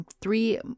three